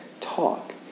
talk